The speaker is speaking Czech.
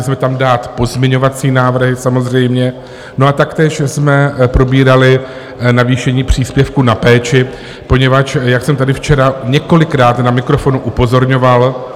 Chtěli jsme tam dát pozměňovací návrhy, samozřejmě, a taktéž jsme probírali navýšení příspěvku na péči, poněvadž jak jsem tady včera několikrát na mikrofon upozorňoval...